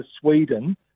Sweden